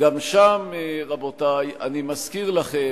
גם שם, רבותי, אני מזכיר לכם,